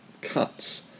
cuts